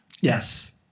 Yes